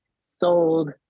sold